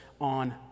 on